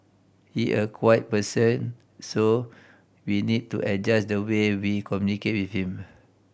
he a quiet person so we need to adjust the way we communicate with him